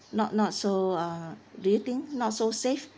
not not so uh do you think not so safe